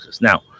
Now